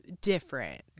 different